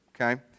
okay